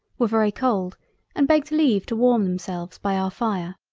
were very cold and begged leave to warm themselves by our fire.